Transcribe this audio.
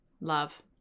Love